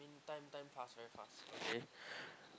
time time pass very fast okay